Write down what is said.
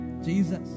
Jesus